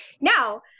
now